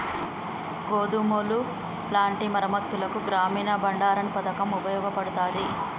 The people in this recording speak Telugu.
గోదాములు లాంటి వాటి మరమ్మత్తులకు గ్రామీన బండారన్ పతకం ఉపయోగపడతాది